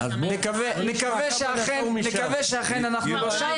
נקווה שאכן אנחנו לא שם.